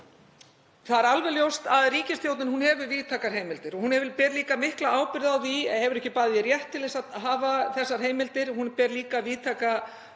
Það er alveg ljóst að ríkisstjórnin hefur víðtækar heimildir og hún ber líka mikla ábyrgð. Hún hefur ekki bara rétt til að hafa þessar heimildir, hún ber líka víðtæka